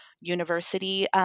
university